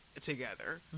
together